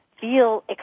Feel